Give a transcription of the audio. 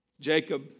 Jacob